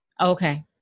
Okay